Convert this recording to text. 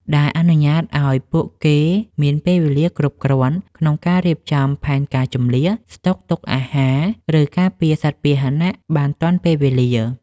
ដែលអនុញ្ញាតឱ្យពួកគេមានពេលវេលាគ្រប់គ្រាន់ក្នុងការរៀបចំផែនការជម្លៀស ស្តុកទុកអាហារ ឬការពារសត្វពាហនៈបានទាន់ពេលវេលា។